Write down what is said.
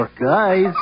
Guys